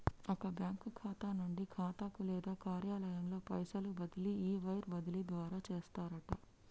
ఒక బ్యాంకు ఖాతా నుండి ఖాతాకు లేదా కార్యాలయంలో పైసలు బదిలీ ఈ వైర్ బదిలీ ద్వారా చేస్తారట